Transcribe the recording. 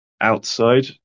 outside